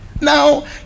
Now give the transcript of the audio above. now